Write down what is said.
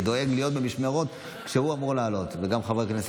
אני דואג להיות במשמרות שהוא אמור לעלות בהן.